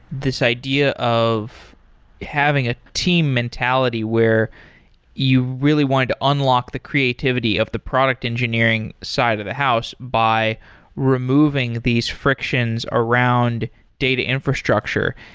this idea of having a team mentality where you really wanted to unlock the creativity of the product engineering side of the house by removing these frictions around data infrastructure,